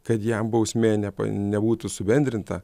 kad jam bausmė nebūtų subendrinta